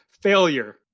failure